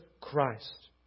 Christ